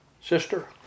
sister